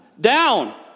down